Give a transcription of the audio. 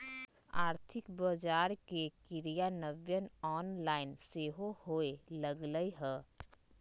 आर्थिक बजार के क्रियान्वयन ऑनलाइन सेहो होय लगलइ ह